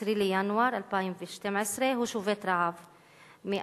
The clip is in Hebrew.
ב-10 בינואר 2012. הוא שובת רעב מאז,